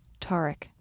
Tarek